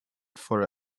for